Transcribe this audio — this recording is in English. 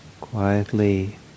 quietly